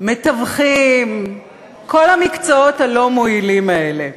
מתווכים, כל המקצועות הלא-מועילים האלה.